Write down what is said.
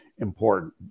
important